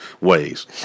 ways